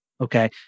Okay